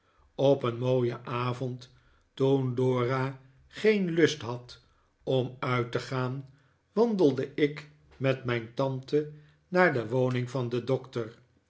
op een mooien avond toen dora geen lust had om uit te gaan wandelde ik met mijn tante naar de wpning van den doctor